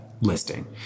listing